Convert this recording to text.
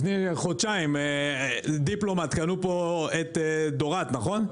לפני חודשיים דיפלומט קנו פה את דורות נכון?